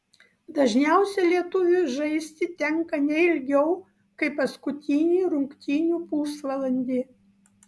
dažniausiai lietuviui žaisti tenka ne ilgiau kaip paskutinį rungtynių pusvalandį